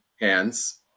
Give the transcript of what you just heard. hands